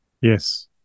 yes